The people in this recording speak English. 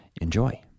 enjoy